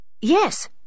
Yes